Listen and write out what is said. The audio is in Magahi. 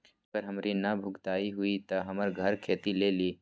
अगर हमर ऋण न भुगतान हुई त हमर घर खेती लेली?